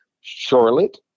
Charlotte